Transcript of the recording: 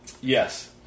Yes